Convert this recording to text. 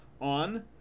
on